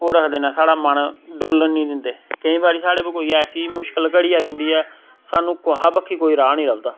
ओह् रखदे न स्हाड़ा मन डोल्लन नी दिंदे केईं बारी स्हाड़े पर कोई एसी मुश्कल घड़ी आई जंदी ऐ स्हानू कोहा बक्खी कोई राह् नी लभदा